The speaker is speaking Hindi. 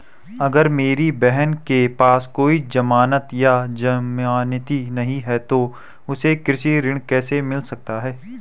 अगर मेरी बहन के पास कोई जमानत या जमानती नहीं है तो उसे कृषि ऋण कैसे मिल सकता है?